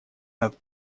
над